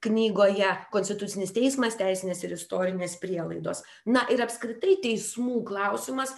knygoje konstitucinis teismas teisinės ir istorinės prielaidos na ir apskritai teismų klausimas